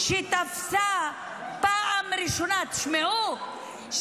שתפסה פעם ראשונה, תשמעו,